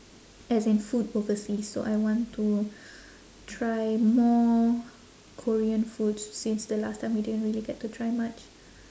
as in food overseas so I want to try more korean food since the last time we didn't really get to try much